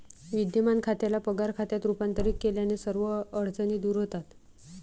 विद्यमान खात्याला पगार खात्यात रूपांतरित केल्याने सर्व अडचणी दूर होतात